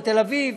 בתל אביב,